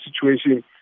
situation